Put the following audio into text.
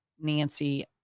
Nancy